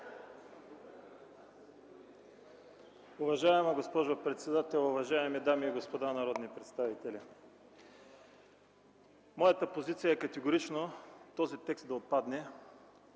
Уважаема госпожо председател, уважаеми дами и господа народни представители! Моята позиция е категорично този текст да отпадне!